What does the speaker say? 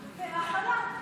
וההכלה.